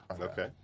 Okay